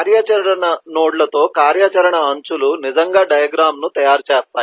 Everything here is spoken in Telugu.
కార్యాచరణ నోడ్లతో కార్యాచరణ అంచులు నిజంగా డయాగ్రమ్ ను తయారు చేస్తాయి